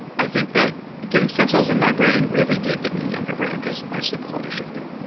i think that getting stem cells in my brain really did give me a younger brain, because my sleep quality shifted